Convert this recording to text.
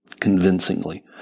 convincingly